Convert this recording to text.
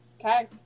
okay